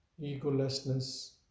Egolessness